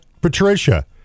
Patricia